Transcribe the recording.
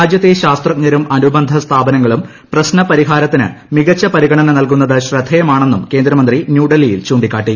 രാജ്യത്തെ ശാസ്ത്രജ്ഞരും അനുബന്ധ സ്ഥാപനങ്ങളും പ്രശ്നപരിഹാരത്തിന് മികിച്ച പരിഗണന നൽകുന്നത് ശ്രദ്ധേയമാണെന്നും കേന്ദ്രമന്ത്രി ന്യൂഡൽഹിയിൽ ചൂണ്ടിക്കാട്ടി